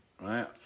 right